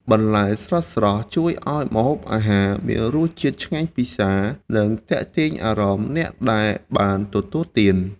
បន្លែស្រស់ៗជួយឱ្យម្ហូបអាហារមានរសជាតិឆ្ងាញ់ពិសា និងទាក់ទាញអារម្មណ៍អ្នកដែលបានទទួលទាន។